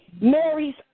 Mary's